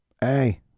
Hey